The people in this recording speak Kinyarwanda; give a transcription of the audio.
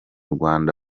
rwanda